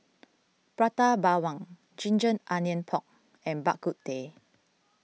Prata Bawang Ginger Onions Pork and Bak Kut Teh